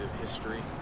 history